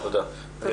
תודה.